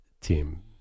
team